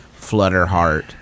Flutterheart